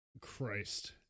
christ